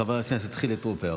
חבר הכנסת חילי טרוּפר,